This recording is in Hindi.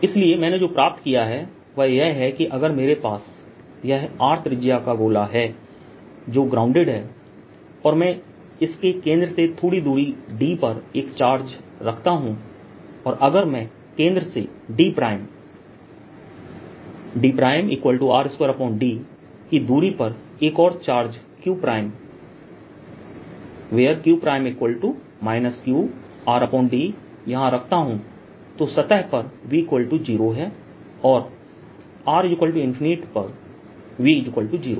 इसलिए मैंने जो प्राप्त किया है वह यह है कि अगर मेरे पास यह R त्रिज्या का गोला है जो ग्राउंडेड है और मैं इसके केंद्र से थोड़ी दूरी d पर एक चार्ज रखता हूं और अगर मैं केंद्र से d dR2d की दूरी पर एक और चार्ज qq qRd यहां रखता हूं तो सतह पर V0 है और rपर V0 है